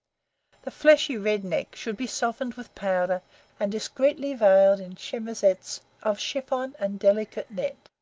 the fleshy, red neck should be softened with powder and discreetly veiled in chemisettes of chiffon and delicate net.